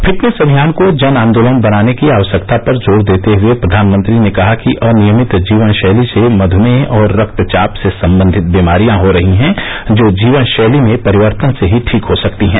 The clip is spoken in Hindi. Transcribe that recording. फिटनेस अभियान को जन आंदोलन बनाने की आवश्यकता पर जोर देते हुए प्रधानमंत्री ने कहा कि अनियमित जीवन शैली से मध्यमेह और रक्तचाप से संबंधित बीमारियां हो रही हैं जो जीवनशैली में परिवर्तन से ठीक हो सकती हैं